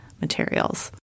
materials